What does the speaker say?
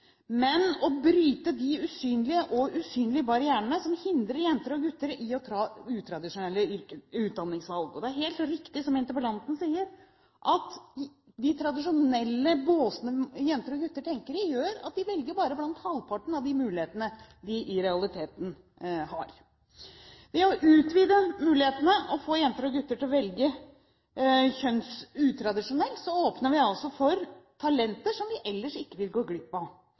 men å bryte de synlige og usynlige barrierene som hindrer jenter og gutter i å ta utradisjonelle utdanningsvalg. Det er helt riktig, som interpellanten sier, at de tradisjonelle båsene jenter og gutter tenker i, gjør at de velger bare blant halvparten av de mulighetene de i realiteten har. Ved å utvide mulighetene og få jenter og gutter til å velge kjønnsutradisjonelt, åpner vi for talenter vi ellers ville gått glipp av.